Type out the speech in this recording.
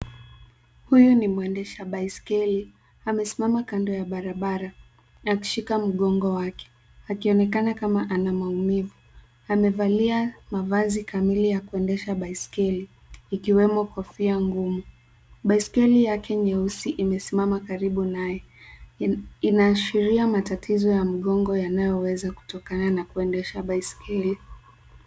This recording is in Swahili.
Huyu ni mwendesha baiskeli, amesimama kando ya barabara, akishika mgongo wake, akionekana kama ana maumivu. Amevalia mavazi kamili ya kuendesha baiskeli, ikiwemo kofia ngumu. Baiskeli yake nyeusi imesimama karibu naye, inaashiria matatizo ya mgongo yanayoweza kutokana na kuendesha baiskeli.